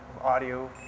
audio